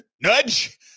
Nudge